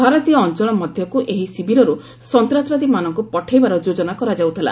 ଭାରତୀୟ ଅଞ୍ଚଳ ମଧ୍ୟକୁ ଏହି ଶିବିରରୁ ସନ୍ତାସବାଦୀମାନଙ୍କୁ ପଠାଇବାର ଯୋଜନା କରାଯାଉଥିଲା